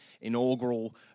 inaugural